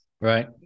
Right